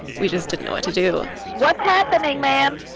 we just didn't know what to do what's happening, ma'am?